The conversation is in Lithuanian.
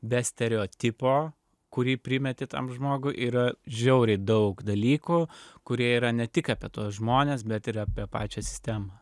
be stereotipo kurį primeti tam žmogui yra žiauriai daug dalykų kurie yra ne tik apie tuos žmones bet ir apie pačią sistemą